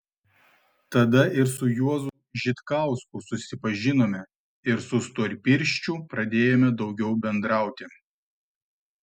tada ir su juozu žitkausku susipažinome ir su storpirščiu pradėjome daugiau bendrauti